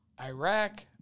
Iraq